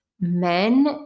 men